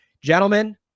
Gentlemen